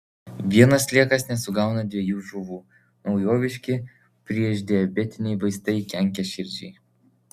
vienas sliekas nesugauna dviejų žuvų naujoviški priešdiabetiniai vaistai kenkia širdžiai